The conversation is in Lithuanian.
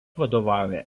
vadovauja